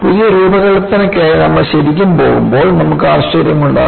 പുതിയ രൂപകൽപ്പനയ്ക്കായി നമ്മൾ ശരിക്കും പോകുമ്പോൾ നമുക്ക് ആശ്ചര്യങ്ങൾ ഉണ്ടാകും